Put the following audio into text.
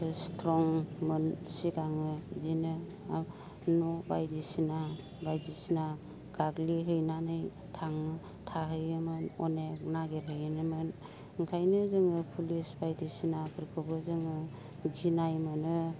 स्ट्रंमोन सिगाङो बिदिनो न' बायदिसिना बायदिसिना गाग्लिहैनानै थाङो थाहैयोमोन अनेख नागिरहैयोनोमोन ओंखायनो जोङो पुलिस बायदिसिनाफोरखौबो जोङो गिनाय मोनो